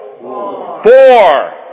Four